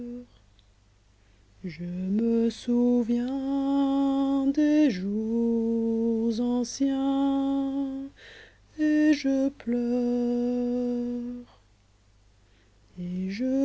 je me souviens je